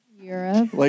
Europe